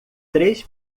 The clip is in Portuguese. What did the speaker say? três